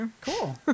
Cool